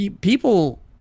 People